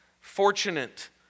fortunate